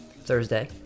Thursday